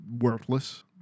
worthless